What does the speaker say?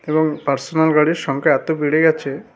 এবং পার্সোনাল গাড়ির সংখ্যা এত বেড়ে গিয়েছে